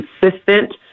consistent